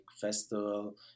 festival